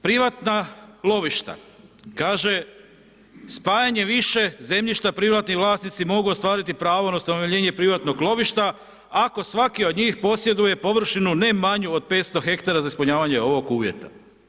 Privatna lovišta, kaže spajanje više zemljišta privatni vlasnici mogu ostvariti pravo na ustanovljenje privatnog lovišta ako svaki od njih posjeduje površinu ne manju od 500 hektara za ispunjavanje ovog uvjeta.